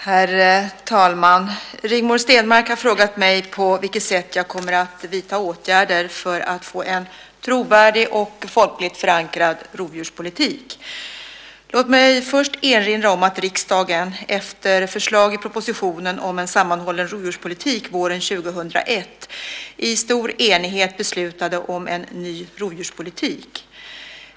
Herr talman! Rigmor Stenmark har frågat mig på vilket sätt jag kommer att vidta åtgärder för att få en trovärdig och folkligt förankrad rovdjurspolitik. Låt mig först erinra om att riksdagen efter förslag i propositionen om en sammanhållen rovdjurspolitik våren 2001 i stor enighet beslutade om en ny rovdjurspolitik.